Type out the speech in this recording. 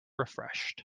refreshed